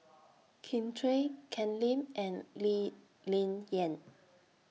Kin Chui Ken Lim and Lee Ling Yen